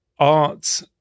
Art